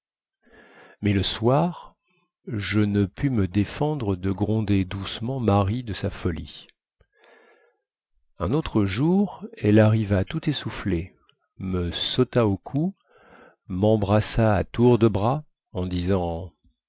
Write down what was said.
mais le soir je ne pus me défendre de gronder doucement marie de sa folie un autre jour elle arriva tout essoufflée me sauta au cou membrassa à tour de bras en disant